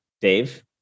Dave